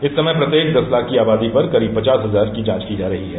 इस समय प्रत्येक दस लाख की आबादी पर करीब पचास हजार जांच की जा रही है